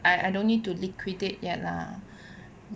I I don't need to liquidate yet lah